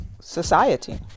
society